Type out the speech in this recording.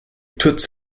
toutes